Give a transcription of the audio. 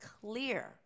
clear